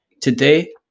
Today